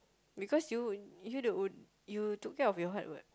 because you you the own you took care of your heart what